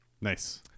Nice